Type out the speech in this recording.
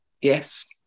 yes